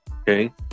Okay